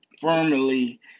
firmly